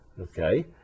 Okay